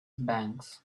banks